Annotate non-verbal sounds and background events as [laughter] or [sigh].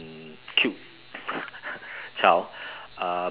cute [laughs] child uh